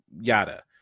yada